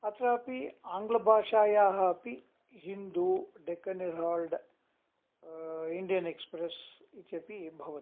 अत्रापि आङ्ग्लभाषायाः अपि Hindu Deccan Herald Indian Express इत्यपि भवति